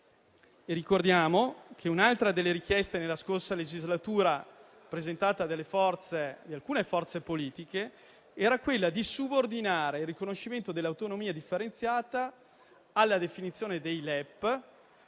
Ricordiamo che un'altra delle richieste della scorsa legislatura, presentata da alcune forze politiche, era quella di subordinare il riconoscimento dell'autonomia differenziata alla definizione dei LEP